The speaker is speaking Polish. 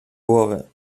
głowy